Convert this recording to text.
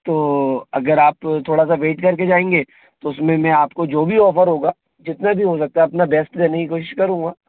तो अगर आप थोड़ा सा वेट करके जाएंगे तो उसमें मैं आप को जो भी ऑफ़र होगा कितना भी हो सकता है अपना बेस्ट देने की कोशिश करूंगा